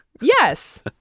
Yes